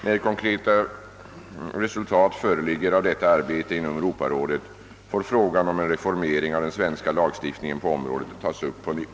När konkreta resultat föreligger av detta arbete inom Europarådet, får frågan om en reformering av den svenska lagstiftningen på området tas upp på nytt.